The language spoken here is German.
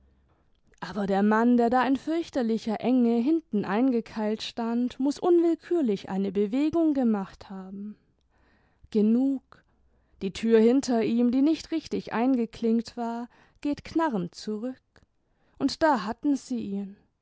aber der mann der da in fürchterlicher enge hinten eingekeilt stand muß unwillkürlich eine bewegung gemacht haben genug die tür hinter ihm die nicht richtig eingeklinkt war geht knarrend zurück und da hatten sie ihn